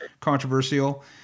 controversial